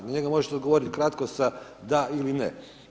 Na njega možete odgovoriti kratko sa da ili ne.